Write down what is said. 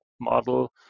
model